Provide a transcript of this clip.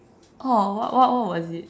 oh what what what was it